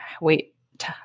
wait